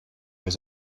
was